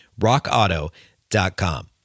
RockAuto.com